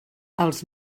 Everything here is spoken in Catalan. els